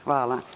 Hvala.